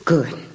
Good